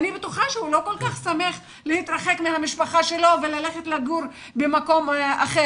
אני בטוחה שהוא לא כל כך שמח להתרחק מהמשפחה שלו וללכת לגור במקום אחר.